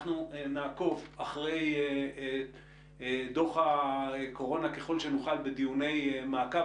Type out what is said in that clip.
אנחנו נעקוב אחרי דוח הקורונה ככל שנוכל בדיוני מעקב,